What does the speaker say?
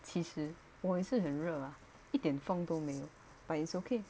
其实我也是很热一点风都没有 but it's okay